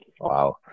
Wow